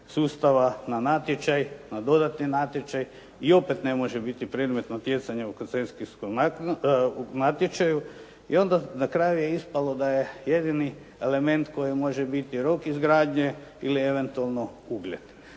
sustava na natječaj, na dodatni natječaj i opet ne može biti predmet natjecanja u koncesijskom natječaju i onda na kraju je ispalo da je jedini element koji može biti rok izgradnje ili eventualno ugljen.